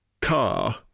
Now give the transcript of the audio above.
car